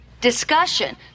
Discussion